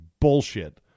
bullshit